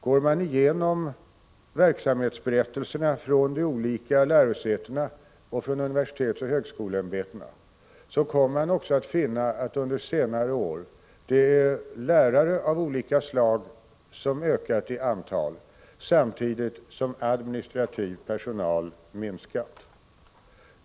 Går man igenom verksamhetsberättelserna från de olika lärosätena och från universitetsoch högskoleämbetena, kommer man också att finna att antalet lärare av olika slag ökat under senare år, samtidigt som den administrativa personalen minskat.